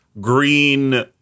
green